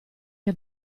che